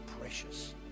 precious